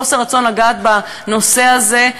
חוסר רצון לגעת בנושא הזה,